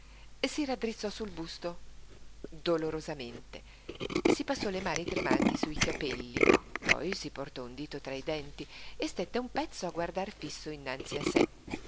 schiena si raddrizzò sul busto dolorosamente si passò le mani tremanti sui capelli poi si portò un dito tra i denti e stette un pezzo a guardar fisso innanzi a sé